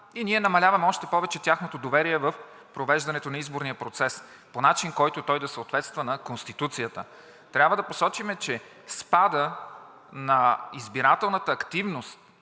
и намаляваме още повече тяхното доверие в провеждането на изборния процес по начин, който да съответства на Конституцията. Трябва да посочим, че спадът на избирателната активност